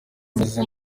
mezi